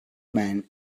men